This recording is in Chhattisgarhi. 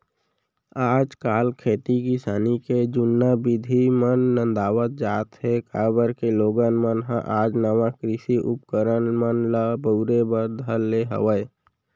आज काल खेती किसानी के जुन्ना बिधि मन नंदावत जात हें, काबर के लोगन मन ह आज नवा कृषि उपकरन मन ल बउरे बर धर ले हवय